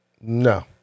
No